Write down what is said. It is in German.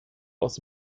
aus